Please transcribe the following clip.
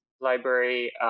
library